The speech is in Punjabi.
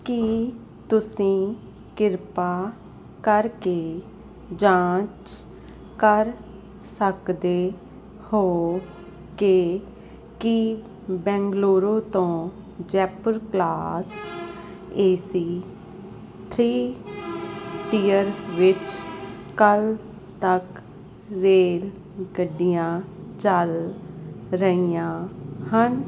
ਕੀ ਤੁਸੀਂ ਕਿਰਪਾ ਕਰਕੇ ਜਾਂਚ ਕਰ ਸਕਦੇ ਹੋ ਕਿ ਕੀ ਬੈਂਗਲੁਰੂ ਤੋਂ Jaipur class AC three tier ਵਿੱਚ ਕੱਲ੍ਹ ਤੱਕ ਰੇਲ ਗੱਡੀਆਂ ਚੱਲ ਰਹੀਆਂ ਹਨ